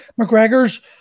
McGregor's